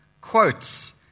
quotes